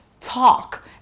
talk